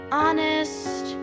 honest